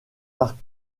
arts